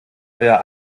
euer